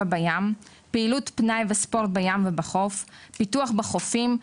בים; פעילות פנאי וספורט בים ובחוף; פיתוח בחופים,